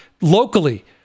locally